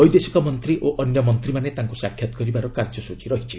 ବୈଦେଶିକ ମନ୍ତ୍ରୀ ଓ ଅନ୍ୟ ମନ୍ତ୍ରୀମାନେ ତାଙ୍କୁ ସାକ୍ଷାତ୍ କରିବାର କାର୍ଯ୍ୟସ୍ତଚୀ ରହିଛି